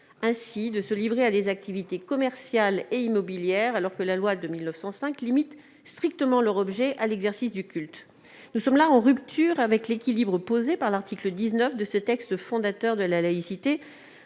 permet de se livrer à des activités commerciales et immobilières alors même que la loi de 1905 restreint strictement leur objet à l'exercice du culte. Il s'agit là d'une rupture de l'équilibre posé par l'article 19 de ce texte fondateur de la laïcité.